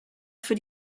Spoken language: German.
für